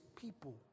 people